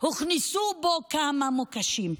הוכנסו כמה מוקשים,